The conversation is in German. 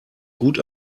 gut